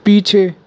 पीछे